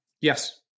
Yes